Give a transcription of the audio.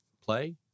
play